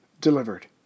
delivered